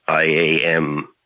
IAM